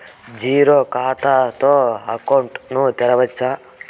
Zero ఖాతా తో account ను తెరవచ్చా?